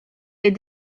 est